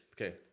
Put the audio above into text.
Okay